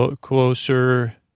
closer